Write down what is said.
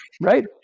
right